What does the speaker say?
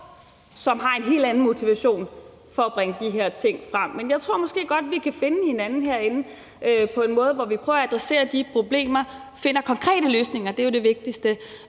som har en helt anden motivation for at bringe de her ting frem. Jeg tror måske godt, vi kan finde hinanden herinde på en måde, hvor vi prøver at adressere de problemer og finder konkrete løsninger – det er jo det vigtigste